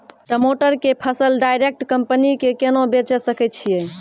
टमाटर के फसल डायरेक्ट कंपनी के केना बेचे सकय छियै?